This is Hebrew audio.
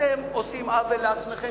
אתם עושים עוול לעצמכם,